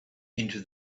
into